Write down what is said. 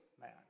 man